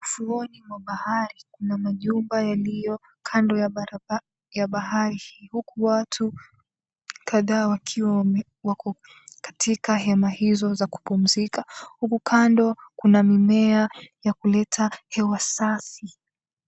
Ufuoni mwa bahari kuna majumba yaliyo kando ya bahari huku watu kadhaa wakiwa wako katika hema hizo za kupumzika huku kando kuna mimea ya kuleta hewa safi.